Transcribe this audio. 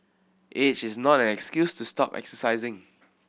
age is not an excuse to stop exercising